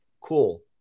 Cool